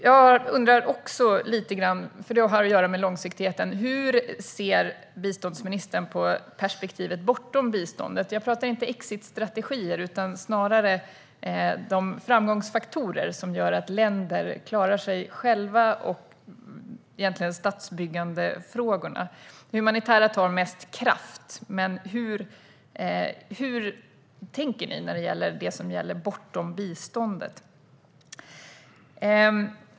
Jag undrar också lite grann - och det har att göra med långsiktigheten - hur biståndsministern ser på perspektivet bortom biståndet. Jag pratar inte om exitstrategier, utan snarare om de framgångsfaktorer som gör att länder klarar sig själva och om statsbyggandefrågorna. Det humanitära tar mest kraft, men hur tänker ni när det gäller det som finns bortom biståndet?